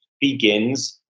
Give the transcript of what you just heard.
begins